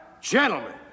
gentlemen